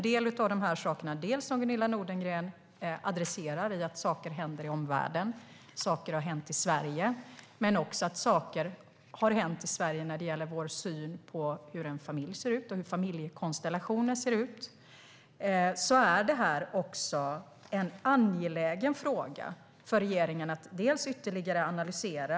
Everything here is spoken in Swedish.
Det är det som Gunilla Nordgren adresserar med att det händer saker i omvärlden, och det har hänt saker i Sverige. Men det har också hänt saker i Sverige när det gäller vår syn på hur en familj ser ut och hur familjekonstellationer ser ut. Detta är en angelägen fråga för regeringen att ytterligare analysera.